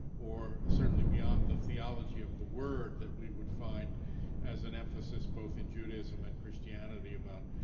or certainly beyond the theology of the word that we would find as an emphasis both in judaism and christianity about,